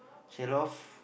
sell off